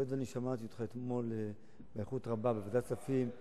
היות שאני שמעתי אותך אתמול באריכות רבה בוועדת הכספים,